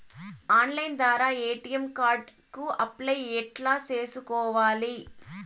Online ద్వారా ATM card కు apply ఎట్లా సేసుకోవాలి?